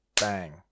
Bang